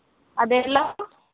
അതേല്ലോ